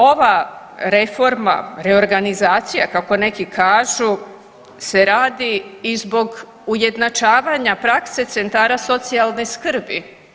Ova reforma, reorganizacija kako neki kažu se radi i zbog ujednačavanja prakse centara socijalne skrbi.